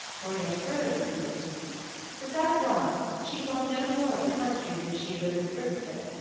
or yet further afield the fact was, she saw no more of the country than if she had lived at brixton.